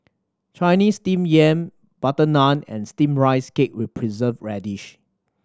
Chinese Steamed Yam butter naan and Steamed Rice Cake with Preserved Radish